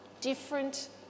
different